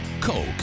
Coke